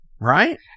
Right